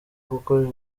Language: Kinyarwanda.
kuko